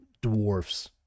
dwarfs